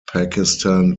pakistan